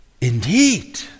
indeed